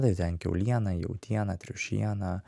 tai ten kiauliena jautiena triušiena